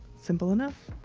simple enough.